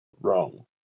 wrong